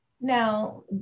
Now